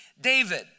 David